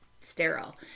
sterile